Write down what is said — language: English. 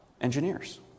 Engineers